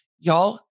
Y'all